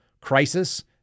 crisis